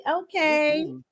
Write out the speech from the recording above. okay